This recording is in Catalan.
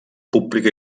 pública